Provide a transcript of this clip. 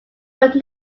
but